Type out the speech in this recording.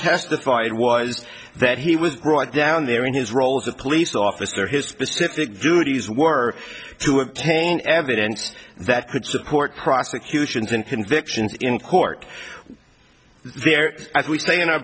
testified was that he was brought down there in his role as a police officer his specific duties were to obtain evidence that could support prosecutions and convictions in court there as we say in our